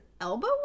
elbow